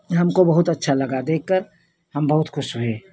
हमको बहुत अच्छा लगा देखकर हम बहुत खुश हुए